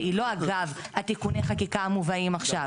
שהיא לא אגב תיקוני החקיקה המובאים עכשיו.